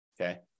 Okay